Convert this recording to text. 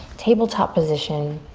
tabletop position.